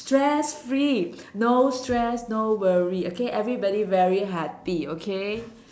stress free no stress no worry okay everybody very happy okay